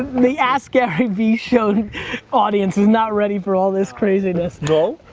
the askgaryvee show audience is not ready for all this craziness. no?